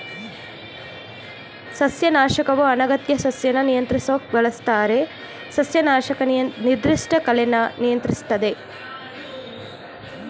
ಸಸ್ಯನಾಶಕವು ಅನಗತ್ಯ ಸಸ್ಯನ ನಿಯಂತ್ರಿಸೋಕ್ ಬಳಸ್ತಾರೆ ಸಸ್ಯನಾಶಕ ನಿರ್ದಿಷ್ಟ ಕಳೆನ ನಿಯಂತ್ರಿಸ್ತವೆ